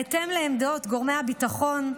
בהתאם לעמדות גורמי הביטחון,